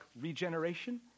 regeneration